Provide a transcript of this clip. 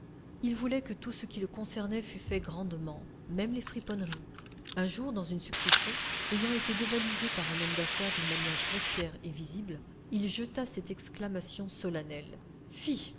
il voulait que tout ce qui le concernait fût fait grandement même les friponneries un jour dans une succession ayant été dévalisé par un homme d'affaires d'une manière grossière et visible il jeta cette exclamation solennelle